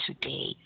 today